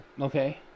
okay